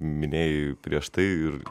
minėjai prieš tai ir